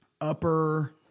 upper